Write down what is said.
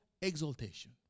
exaltation